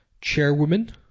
chairwoman